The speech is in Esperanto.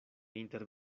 inter